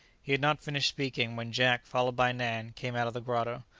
he had not finished speaking, when jack, followed by nan, came out of the grotto.